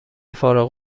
فارغ